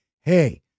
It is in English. hey